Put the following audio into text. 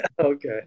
Okay